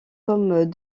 comme